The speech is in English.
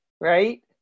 right